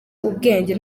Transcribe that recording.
ubwenge